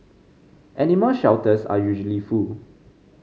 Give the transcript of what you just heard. animal shelters are usually full